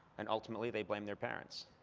and ultimately they blame their parents.